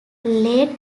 late